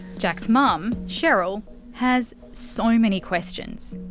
jack's mum cheryl has so many questions.